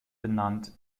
benannt